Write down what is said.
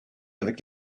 avec